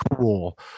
cool